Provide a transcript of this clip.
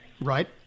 Right